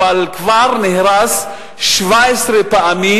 אבל כבר נהרס 17 פעמים,